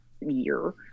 year